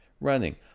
running